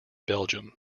belgium